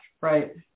right